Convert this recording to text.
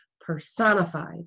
personified